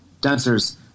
dancers